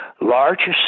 largest